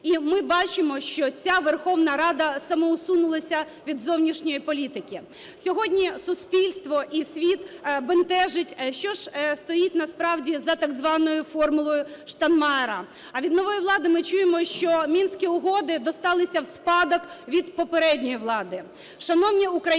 І ми бачимо, що ця Верховна Рада самоусунулася від зовнішньої політики. Сьогодні суспільство і світ бентежить, що ж стоїть насправді за так званою "формулою Штайнмайєра". А від нової влади ми чуємо, що Мінські угоди досталися у спадок від попередньої влади.